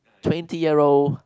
twenty year old